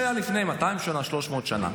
כמו שהיה לפני 200 או 300 שנה.